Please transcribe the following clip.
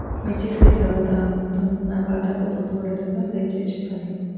Maturity తర్వాత ఆ మొత్తం నా ఖాతాకు పంపబడుతుందా? దయచేసి చెప్పండి?